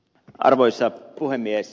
arvoisa puhemies